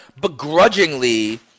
begrudgingly